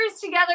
together